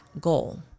goal